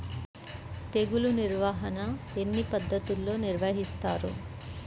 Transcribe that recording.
తెగులు నిర్వాహణ ఎన్ని పద్ధతుల్లో నిర్వహిస్తారు?